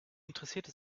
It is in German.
interessierte